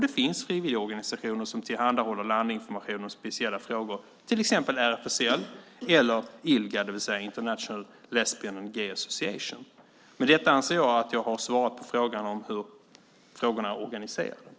Det finns frivilligorganisationer som tillhandahåller landinformation i speciella frågor, till exempel RFSL och Ilga, det vill säga International Lesbian and Gay Association. Med detta anser jag att jag har svarat på hur frågorna är organiserade.